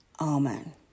Amen